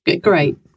Great